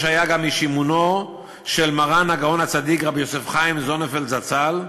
שהיה גם איש אמונו של מרן הגאון הצדיק רבי יוסף חיים זוננפלד זצ"ל,